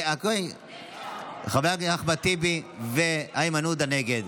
חברי הכנסת אחמד טיבי ואיימן עודה, נגד.